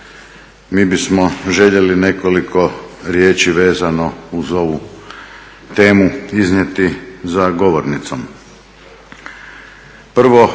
Mi bismo željeli nekoliko riječi vezano uz ovu temu iznijeti za govornicom.